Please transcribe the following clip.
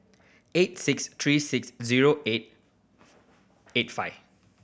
eight six three six zero eight eight five